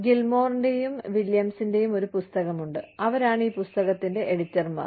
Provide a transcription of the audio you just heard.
ഗിൽമോറിന്റെയും വില്യംസിന്റെയും ഒരു പുസ്തകമുണ്ട് അവരാണ് ഈ പുസ്തകത്തിന്റെ എഡിറ്റർമാർ